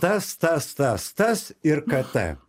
tas tas tas tas ir k t